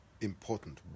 important